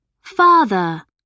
Father